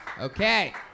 Okay